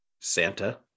Santa